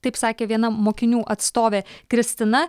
taip sakė viena mokinių atstovė kristina